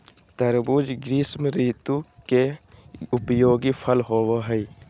तरबूज़ ग्रीष्म ऋतु के उपयोगी फल होबो हइ